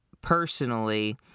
personally